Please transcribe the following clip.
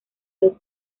los